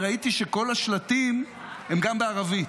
וראיתי שכל השלטים הם גם בערבית.